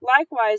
Likewise